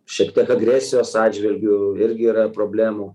šiek tiek agresijos atžvilgiu irgi yra problemų